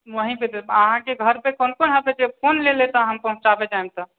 वही पर देब अहाँकेँ घर पर कोन कोन हऽ से कोन ले लेत हम पहुँचाबे जाएम तऽ